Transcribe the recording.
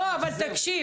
לא, אבל תקשיב.